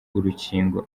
urukingo